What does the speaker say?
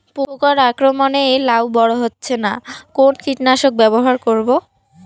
পোকার আক্রমণ এ লাউ বড় হচ্ছে না কোন কীটনাশক ব্যবহার করব?